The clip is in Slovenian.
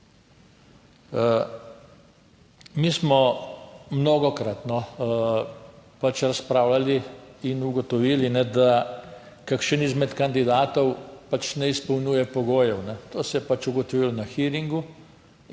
Mi smo mnogokrat pač razpravljali in ugotovili, da kakšen izmed kandidatov pač ne izpolnjuje pogojev. To se je pač ugotovilo na hearingu